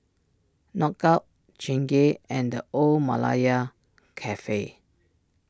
Knockout Chingay and the Old Malaya Cafe